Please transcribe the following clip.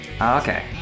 Okay